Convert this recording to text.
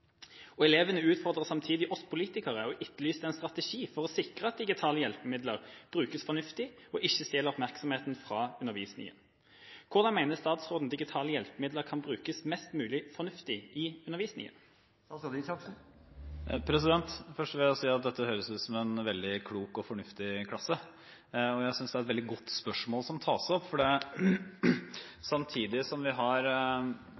strategi for å sikre at digitale hjelpemidler brukes fornuftig og ikke stjeler oppmerksomhet fra undervisningen. Hvordan mener statsråden digitale hjelpemidler kan brukes mest mulig fornuftig i undervisningen?» Først vil jeg si at dette høres ut som en veldig klok og fornuftig klasse. Jeg synes det er et godt spørsmål som tas opp. Digitale ferdigheter er en av de grunnleggende ferdighetene man skal lære seg på skolen. Det